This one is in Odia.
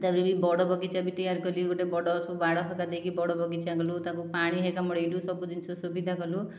ତା'ପରେ ବି ବଡ଼ ବଗିଚା ବି ତିଆରି କଲି ଗୋଟିଏ ବଡ଼ ସବୁ ବାଡ଼ ବତା ଦେଇକି ବାଡ଼ ବଗିଚା କଲୁ ତାକୁ ପାଣି ହେରିକା ମଡ଼ାଇଲୁ ସବୁ ଜିନିଷ ସୁବିଧା କଲୁ